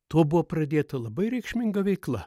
to buvo pradėta labai reikšminga veikla